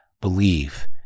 believe